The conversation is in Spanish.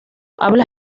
habla